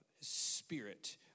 spirit